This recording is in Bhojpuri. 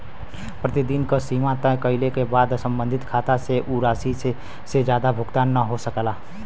प्रतिदिन क सीमा तय कइले क बाद सम्बंधित खाता से उ राशि से जादा भुगतान न हो सकला